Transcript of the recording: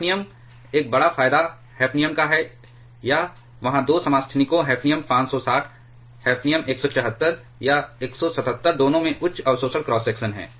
hafnium एक बड़ा फायदा हैफ़नियम का यह है कि वहाँ 2 समस्थानिकों हैफ़नियम 560 हैफ़नियम 174 या 177 दोनों में उच्च अवशोषण क्रॉस सेक्शन हैं